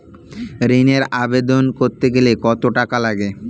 ঋণের আবেদন করতে গেলে কত টাকা লাগে?